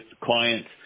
clients